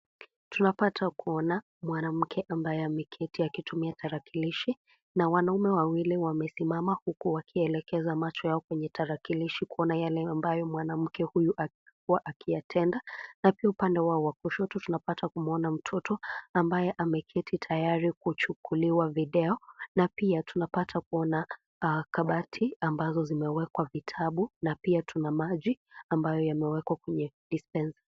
Tunapata kuona mwanamke ambaye ameketi akitumia tarakilishi na wanaume wawili wamesimama huku wakielekeza macho yao kwenye tarakilishi kuona yale ambaye mwanamke huyu alikuwa akiyatenda. Na upande wao wa kushoto tunapata kumwona mtoto ambaye ameketi tayari kuchukuliwa video. Na pia tunapata kuona kabati ambazo zimewekwa vitabu. Na pia kuna maji ambayo yamewekwa kwenye dispenser .